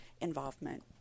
involvement